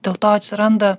dėl to atsiranda